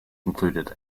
included